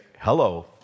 Hello